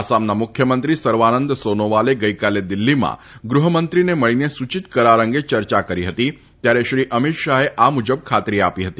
આસામના મુખ્યમંત્રી સર્વાનંદ સોનોવાલે ગઈકાલે દિલ્ફીમાં ગૃહમંત્રીને મળીને સૂચિત કરાર અંગે ચર્ચા કરી હતી ત્યારે શ્રી અમિત શાહે આ મુજબ ખાતરી આપી હતી